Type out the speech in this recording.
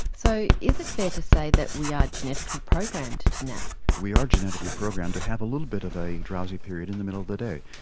so is it fair to say that we are genetically programmed to nap? we are genetically programmed to have a little bit of a drowsy period in the middle of the day.